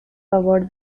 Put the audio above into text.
favor